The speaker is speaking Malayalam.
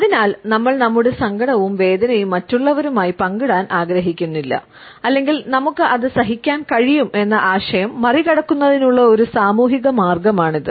അതിനാൽ നമ്മൾ നമ്മുടെ സങ്കടവും വേദനയും മറ്റുള്ളവരുമായി പങ്കിടാൻ ആഗ്രഹിക്കുന്നില്ല അല്ലെങ്കിൽ നമുക്ക് അത് സഹിക്കാൻ കഴിയും എന്ന ആശയം മറികടക്കുന്നതിനുള്ള ഒരു സാമൂഹിക മാർഗമാണിത്